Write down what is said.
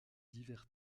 divers